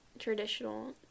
traditional